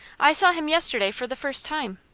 i saw him yesterday for the first time.